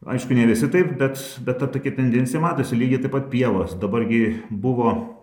aišku ne visi taip bet bet ta tokia tendencija matosi lygiai taip pat pievos dabar gi buvo